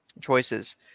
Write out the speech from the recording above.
choices